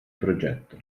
progetto